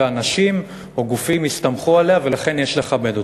ואנשים או גופים הסתמכו עליה ולכן יש לכבד אותה.